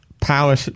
power